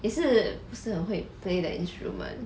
也是不是很会 play the instrument